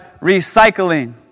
recycling